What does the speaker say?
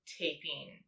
taping